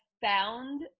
found –